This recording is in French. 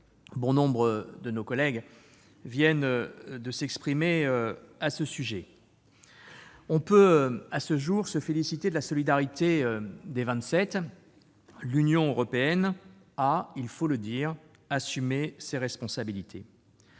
Nombre de mes collègues viennent de s'exprimer à ce sujet. On peut, à ce jour, se féliciter de la solidarité des Vingt-Sept. L'Union européenne a, il faut le dire, assumé ses responsabilités.